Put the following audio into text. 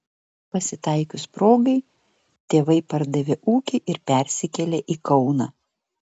pasitaikius progai tėvai pardavė ūkį ir persikėlė į kauną